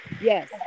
Yes